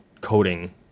coding